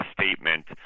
statement